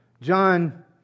John